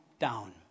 down